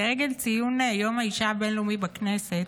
לרגל ציון יום האישה הבין-לאומי בכנסת